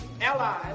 allies